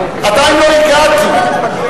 עדיין לא הגעתי.